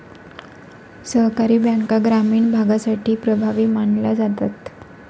सहकारी बँका ग्रामीण भागासाठी प्रभावी मानल्या जातात